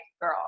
girl